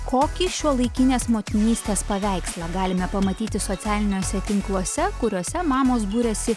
kokį šiuolaikinės motinystės paveikslą galime pamatyti socialiniuose tinkluose kuriuose mamos buriasi